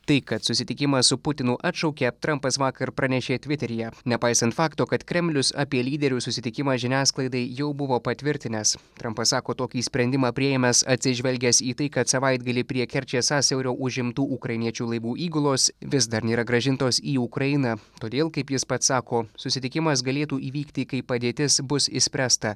tai kad susitikimą su putinu atšaukė trampas vakar pranešė tviteryje nepaisant fakto kad kremlius apie lyderių susitikimą žiniasklaidai jau buvo patvirtinęs trampas sako tokį sprendimą priėmęs atsižvelgęs į tai kad savaitgalį prie kerčės sąsiaurio užimtų ukrainiečių laivų įgulos vis dar nėra grąžintos į ukrainą todėl kaip jis pats sako susitikimas galėtų įvykti kai padėtis bus išspręsta